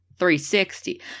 360